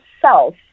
self